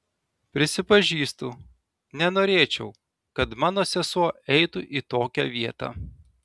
prisipažįstu nenorėčiau kad mano sesuo eitų į tokią vietą